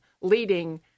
leading